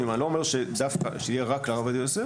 אני לא אומר שיהיה רק לרב עובדיה יוסף.